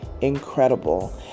incredible